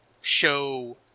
show